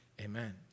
Amen